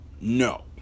no